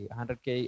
100k